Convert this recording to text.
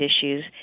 issues